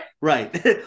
Right